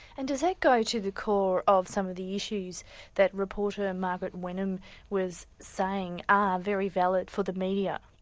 and does that go to the core of some of the issues that reporter margaret wenham was saying are very valid for the media?